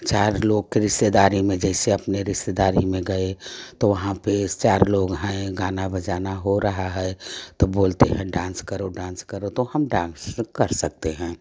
चार लोग के रिश्तेदारी में जैसे अपने रिश्तेदारी में गए तो वहाँ पे इस चार लोग हैं गाना बजाना हो रहा है तो बोलते हैं डांस करो डांस करो तो हम डांस कर सकते हैं